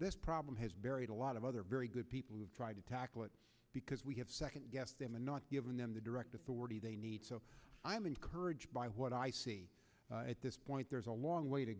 this problem has buried a lot of other very good people who have tried to tackle it because we have second guess them and not giving them the direct authority they need so i'm encouraged by what i see at this point there's a long way to